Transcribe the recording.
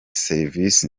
serivisi